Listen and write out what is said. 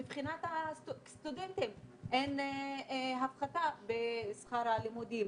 אין הפחתה בשכר הלימוד לסטודנטים.